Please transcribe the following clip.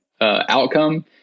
outcome